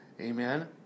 Amen